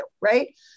right